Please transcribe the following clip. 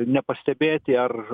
nepastebėti ar